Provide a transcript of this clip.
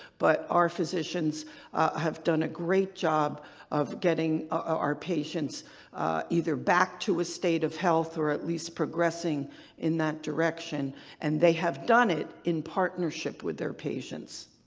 but our physicians have done a great job of getting our patients either back to a state of health or at least progressing in that direction and they have done it in partnership with their patients.